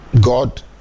God